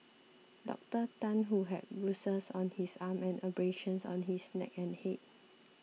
Doctor Tan who had bruises on his arm and abrasions on his neck and head